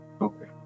Okay